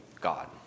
God